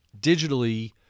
digitally